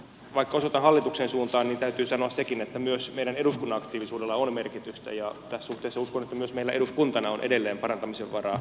vaikka osoitan hallituksen suuntaan niin täytyy sanoa sekin että myös eduskunnan aktiivisuudella on merkitystä ja tässä suhteessa uskon että myös meillä eduskuntana on edelleen parantamisen varaa